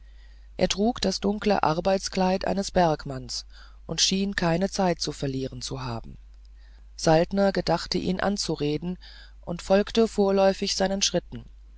er trug das dunkle arbeitskleid eines bergmanns und schien keine zeit zu verlieren zu haben saltner gedachte ihn anzureden und folgte vorläufig seinen schritten